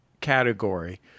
category